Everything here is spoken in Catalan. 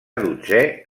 dotzè